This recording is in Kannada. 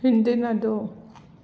ಹಿಂದಿನದು